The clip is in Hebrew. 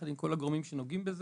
ביחד עם כל הגורמים שנוגעים בזה,